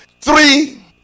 three